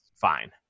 fine